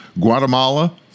Guatemala